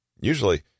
Usually